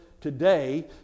today